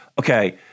okay